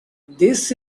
this